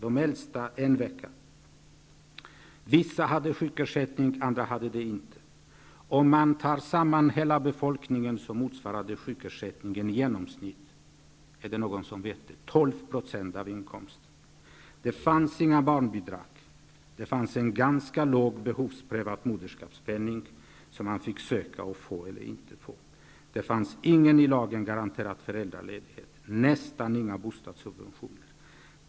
De äldsta har haft en vecka. Vissa hade sjukersättning, andra hade det inte. För hela befolkningen motsvarade sjukersättningen i genomsnitt 12 % av inkomsten. Det fanns inga barnbidrag. Det fanns en ganska låg, behovsprövad moderskapspenning som man fick ansöka om, men inte säkert fick. Det fanns ingen i lag garanterad föräldraledighet och nästan inga bostadssubventioner.